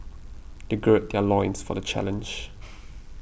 they gird their loins for the challenge